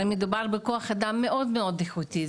הרי מדובר בכוח אדם מאוד איכותי,